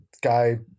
guy